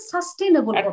Sustainable